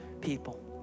people